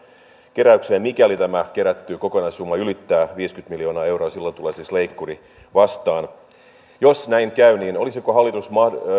keräykseen mikäli tämä kerätty kokonaissumma ylittää viisikymmentä miljoonaa euroa silloin tulee siis leikkuri vastaan jos näin käy niin olisiko hallitus